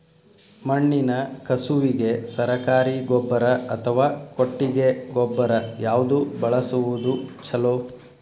ಮಣ್ಣಿನ ಕಸುವಿಗೆ ಸರಕಾರಿ ಗೊಬ್ಬರ ಅಥವಾ ಕೊಟ್ಟಿಗೆ ಗೊಬ್ಬರ ಯಾವ್ದು ಬಳಸುವುದು ಛಲೋ?